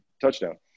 touchdown